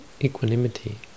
equanimity